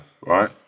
right